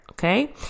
Okay